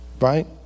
right